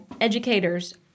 educators